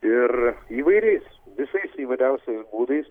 ir įvairiais visais įvairiausiais būdais